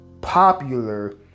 popular